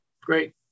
great